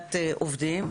העסקת עובדים,